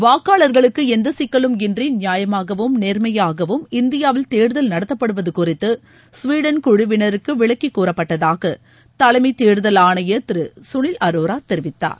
வாக்காளர்களுக்கு எந்த சிக்கலும் இன்றி நியாயமாகவும் நேர்மையாகவும் இந்தியாவில் தேர்தல் நடத்தப்படுவது குறித்து ஸ்வீடன் குழுவினருக்கு விளக்கி கூறப்பட்டதாக தலைமை தேர்தல் ஆணையர் திரு சுணில் அரோரா தெரிவித்தார்